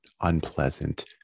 unpleasant